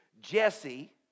Jesse